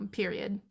period